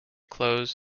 clothes